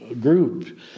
group